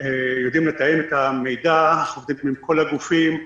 יודעים לתאם את המידע עם כל הגופים.